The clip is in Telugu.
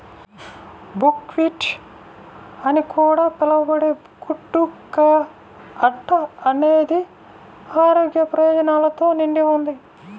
బుక్వీట్ అని కూడా పిలవబడే కుట్టు కా అట్ట అనేది ఆరోగ్య ప్రయోజనాలతో నిండి ఉంది